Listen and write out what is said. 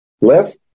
Left